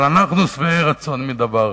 אבל אנחנו שבעי רצון מדבר אחד,